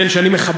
כן, שאני מכבד,